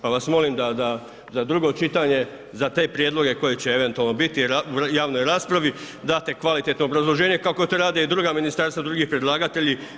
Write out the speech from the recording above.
Pa vas molim za drugo čitanje da te prijedloge koji će eventualno biti u javnoj raspravi date kvalitetno obrazloženje kako to rade i druga ministarstva i drugi predlagatelji.